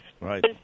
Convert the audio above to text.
right